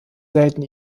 selten